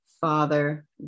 Father